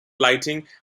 lighting